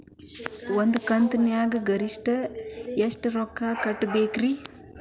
ಒಂದ್ ಕಂತಿನ್ಯಾಗ ಗರಿಷ್ಠ ಎಷ್ಟ ರೊಕ್ಕ ಕಟ್ಟಬೇಕ್ರಿ?